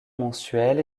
mensuel